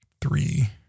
three